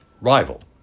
rival